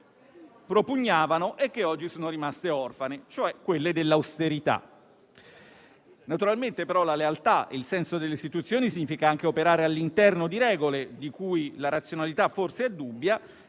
propugnavano e che oggi sono rimaste orfane, cioè quelle dell'austerità. Naturalmente però lealtà e senso delle istituzioni significano anche operare all'interno di regole la cui razionalità forse è dubbia,